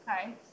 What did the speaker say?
Okay